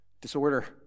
Disorder